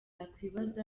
yakwibaza